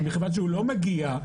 מכיוון שהוא לא מגיע,